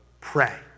pray